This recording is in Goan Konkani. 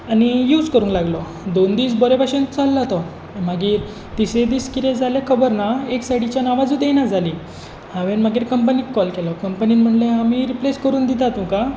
आनी यूज करूंक लागलो दोन दीस बरे भशेन चललो तो मागीर तिसरे दीस कितें जालें खबर ना एक सायडीच्यान आवाजूच येयना जालें हांवें मागीर कंपनीक कॉल केलो कंपनीन म्हळें आमी रिप्लेस करून दितात तुमकां